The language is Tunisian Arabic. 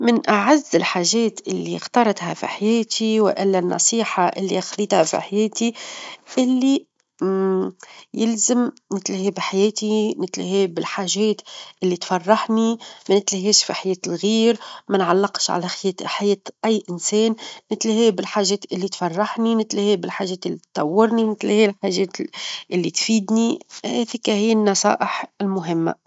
من أعز الحاجات اللي اختارتها في حياتي، والا النصيحة اللي أخذيتها في حياتي اللي يلزم نتلهي بحياتي، نتلهي بالحاجات اللي تفرحني، منتلهيش في حياة الغير، منعلقش على -خيا- حياة أي إنسان، نتلهي بالحاجات اللي تفرحني، نتلهي بالحاجات اللى تطورني ، نتلهي الحاجات -ال- اللي تفيدني، هذيك هي النصائح المهمة.